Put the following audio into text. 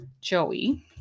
Joey